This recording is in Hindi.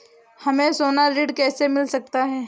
हमें सोना ऋण कैसे मिल सकता है?